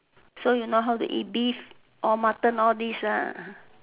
so you know how to eat beef or Mutton all these ah